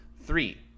Three